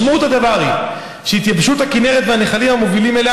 משמעות הדבר היא שהתייבשות הכינרת והנחלים המובילים אליה